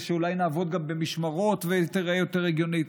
ושאולי נעבוד גם במשמרות והיא תיראה יותר הגיונית.